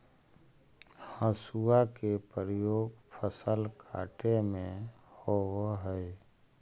हसुआ के प्रयोग फसल के काटे में होवऽ हई